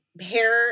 hair